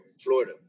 Florida